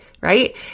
right